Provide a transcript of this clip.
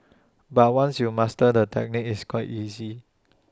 but once you mastered the technique it's quite easy